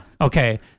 Okay